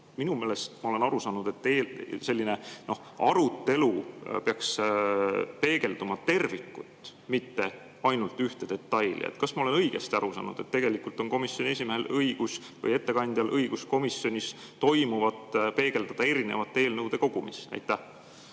minu meelest, ma olen nii aru saanud, selline arutelu peaks peegeldama tervikut, mitte ainult ühte detaili. Kas ma olen õigesti aru saanud, et tegelikult on komisjoni esimehel või mõnel teisel ettekandjal õigus komisjonis toimuvat peegeldada erinevate eelnõude kogumis?